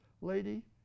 lady